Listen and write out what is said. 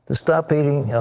stop eating